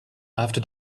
after